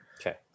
okay